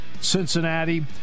Cincinnati